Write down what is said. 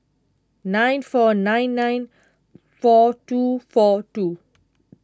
nine four nine nine four two four two